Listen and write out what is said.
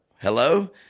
hello